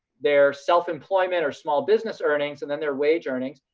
their self-employment or small business earnings and then their wage earnings.